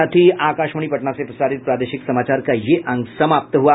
इसके साथ ही आकाशवाणी पटना से प्रसारित प्रादेशिक समाचार का ये अंक समाप्त हुआ